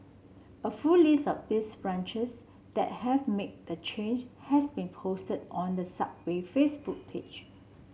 a full list of these branches that have made the change has been posted on the Subway Facebook page